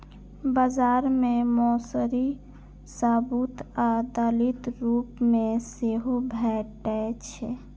बाजार मे मौसरी साबूत आ दालिक रूप मे सेहो भैटे छै